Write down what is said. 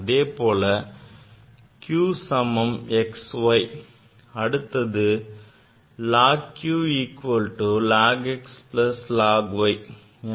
அதேபோல் q சமம் x y அடுத்து log q equal to log x plus log y